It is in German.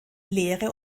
lehre